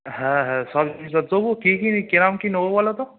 হ্যাঁ হ্যাঁ সব জিনিসও তবু কী কী ক্যারাম কী নেবো বলো তো